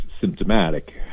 symptomatic